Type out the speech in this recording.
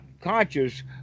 conscious